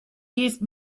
give